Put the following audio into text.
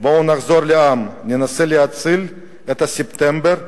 בוא נחזור לעם, ננסה להציל את ה"ספטמבר"